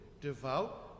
devout